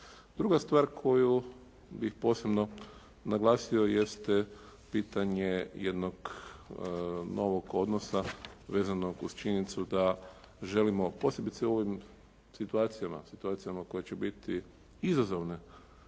Druga stvar koju bih posebno naglasio jeste pitanje jednog novog odnosa vezanog uz činjenicu da želimo posebice u ovim situacijama, situacijama koje će biti izazovne